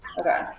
Okay